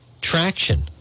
traction